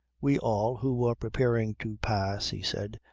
we all who were preparing to pass, he said,